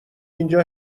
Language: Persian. اینجا